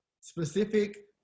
specific